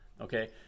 Okay